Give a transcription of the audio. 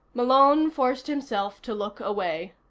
malone forced himself to look away.